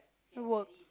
work